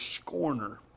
scorner